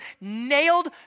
nailed